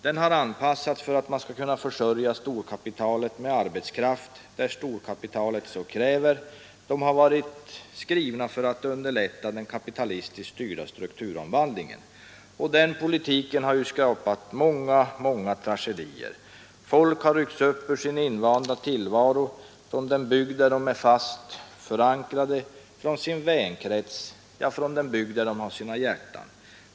De har anpassats för att man skall kunna försörja storkapitalet med arbetskraft, där storkapitalet så kräver — de har varit skrivna för att underlätta den kapitalistiskt styrda strukturomvandlingen. Den politiken har skapat många tragedier. Folk har ryckts upp ur sin invanda tillvaro, från den bygd där de är fast förankrade, från sin vänkrets och från den bygd där de har sina hjärtan.